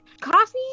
coffee